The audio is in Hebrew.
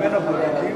בבקשה,